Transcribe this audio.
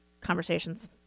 conversations